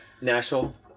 national